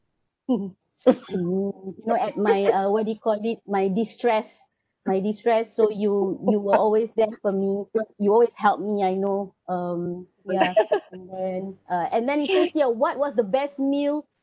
you know at my uh what do you call it my distress my distress so you you were always there for me you always help me I know um we are friend uh and then it says here what was the best meal